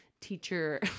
teacher